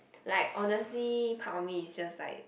like honestly part of me is just like